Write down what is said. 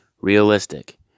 Realistic